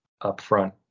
upfront